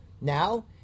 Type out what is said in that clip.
Now